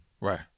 Right